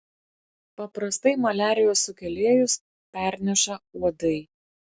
paprastai maliarijos sukėlėjus perneša uodai